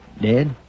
dead